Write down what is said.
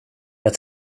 jag